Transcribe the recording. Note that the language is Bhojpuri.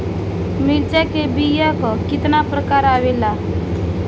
मिर्चा के बीया क कितना प्रकार आवेला?